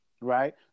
right